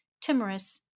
timorous